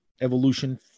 evolution